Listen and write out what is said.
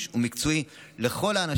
הקשה שלנו ובשם ההיסטוריה שהביאה אותנו עד הלום,